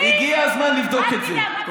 הגיע הזמן לבדוק את זה.